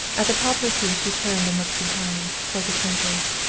at the poplar trees she turned and looked behind, toward the trenches.